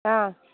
ஆ